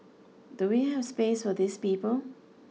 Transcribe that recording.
do we have space for these people